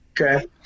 Okay